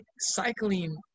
cycling